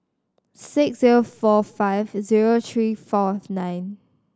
six zero four five zero three fourth nine